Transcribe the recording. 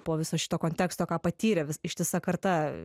po viso šito konteksto ką patyrė vis ištisa karta